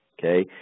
Okay